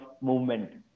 movement